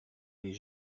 les